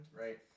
right